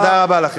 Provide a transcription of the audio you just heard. תודה רבה לכם.